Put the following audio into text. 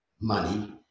money